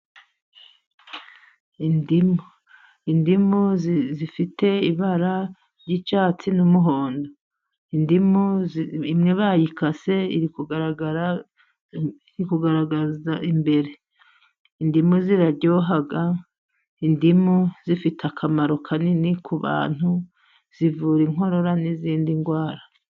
Indimu. Indimu zifite ibara ry'icyatsi n'umuhondo. Indimu imwe bayikase, iri kugaragaza imbere. Indimu ziraryoha, indimu zifite akamaro kanini ku bantu, zivura inkorora n'izindi ndwara.